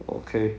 okay